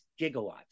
gigawatts